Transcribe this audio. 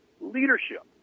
leadership